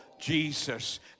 Jesus